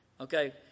okay